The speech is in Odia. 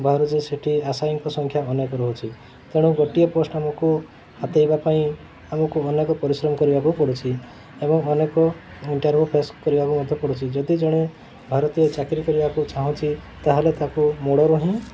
ବାହାରୁଛେ ସେଠି ଆଶାୟୀଙ୍କ ସଂଖ୍ୟା ଅନେକ ରହୁଛି ତେଣୁ ଗୋଟିଏ ପୋଷ୍ଟ୍ ଆମକୁ ହାତେଇବା ପାଇଁ ଆମକୁ ଅନେକ ପରିଶ୍ରମ କରିବାକୁ ପଡ଼ୁଛି ଏବଂ ଅନେକ ଇଣ୍ଟରଭ୍ୟୁ ଫେସ୍ କରିବାକୁ ମଧ୍ୟ ପଡ଼ୁଛି ଯଦି ଜଣେ ଭାରତୀୟ ଚାକିରି କରିବାକୁ ଚାହୁଁଛି ତା'ହେଲେ ତାକୁ ମୂଳରୁ ହିଁ